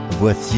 voici